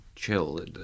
chill